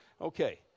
Okay